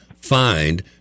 find